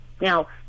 Now